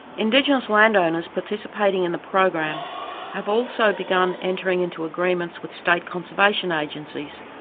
indigenous land owners participating in the program have also begun entering into agreements with state conservation agencies,